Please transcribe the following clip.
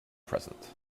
present